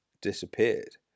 disappeared